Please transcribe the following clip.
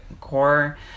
core